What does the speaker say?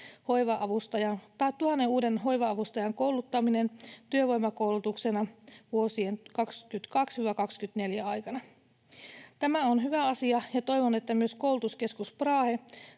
on tuhannen uuden hoiva-avustajan kouluttaminen työvoimakoulutuksena vuosien 22—24 aikana. Tämä on hyvä asia, ja toivon, että myös Koulutuskeskus Brahe